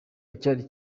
icyari